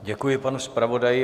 Děkuji panu zpravodaji.